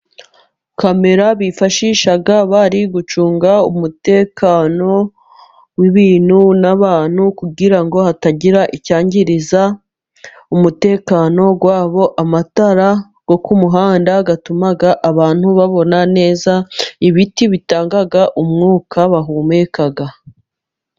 Kamera bifashisha bari gucunga umutekano w'ibintu n'abantu, kugira hatagira icyangiriza umutekano wabo. Amatara yo ku muhanda yatuma abantu babona neza. Ibiti bitanga umwuka bahumeka.